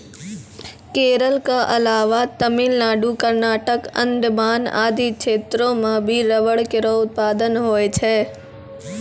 केरल क अलावा तमिलनाडु, कर्नाटक, अंडमान आदि क्षेत्रो म भी रबड़ केरो उत्पादन होय छै